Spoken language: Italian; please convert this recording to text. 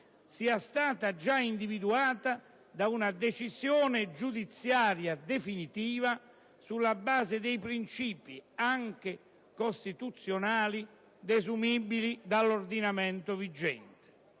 sia stata già individuata da una decisione giudiziaria definitiva sulla base dei principi, anche costituzionali, desumibili dall'ordinamento giuridico